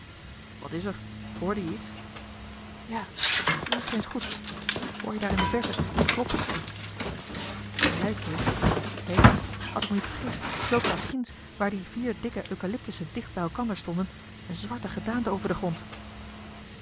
wat is er hoorde jij iets ja luister eens goed hoor je daar in de verte niet kloppen je hebt gelijk kees hé als ik me niet vergis sloop daar ginds waar die vier dikke eucalyptussen dicht bij elkander staan eene zwarte gedaante over den grond